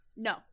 No